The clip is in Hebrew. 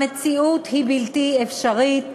המציאות היא בלתי אפשרית,